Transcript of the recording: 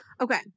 okay